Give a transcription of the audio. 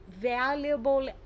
valuable